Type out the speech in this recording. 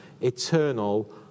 eternal